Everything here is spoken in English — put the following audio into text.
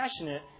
passionate